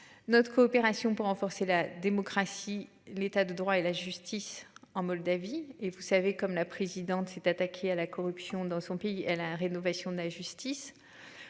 notre coopération pour renforcer la démocratie, l'État de droit et la justice en Moldavie et vous savez comme la présidente s'est attaqué à la corruption dans son pays et la rénovation de la justice.